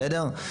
בסדר?